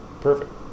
Perfect